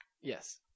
Yes